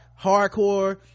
hardcore